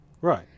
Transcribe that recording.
Right